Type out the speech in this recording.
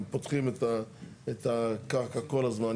הם פותחים את הקרקע כל הזמן,